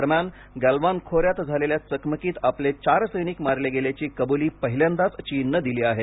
दरम्यान गॅलवान खो यात झालेल्या चकमकीत आपले चार सैनिक मारले गेल्याची कबुली पहिल्यांदाच चीनने दिली आहे